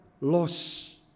loss